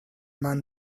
man